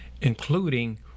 including